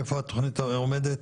איפה התכנית עומדת.